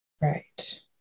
Right